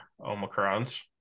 Omicrons